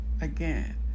again